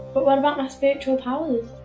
but what about my spiritual powers?